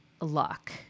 luck